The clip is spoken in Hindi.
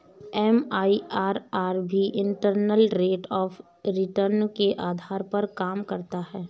एम.आई.आर.आर भी इंटरनल रेट ऑफ़ रिटर्न के आधार पर काम करता है